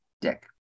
Dick